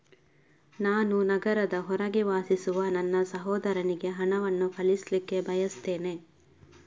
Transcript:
ನಾನು ನಗರದ ಹೊರಗೆ ವಾಸಿಸುವ ನನ್ನ ಸಹೋದರನಿಗೆ ಹಣವನ್ನು ಕಳಿಸ್ಲಿಕ್ಕೆ ಬಯಸ್ತೆನೆ